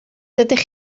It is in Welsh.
dydych